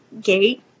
gate